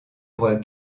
roi